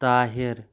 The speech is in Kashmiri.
طاہِر